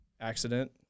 accident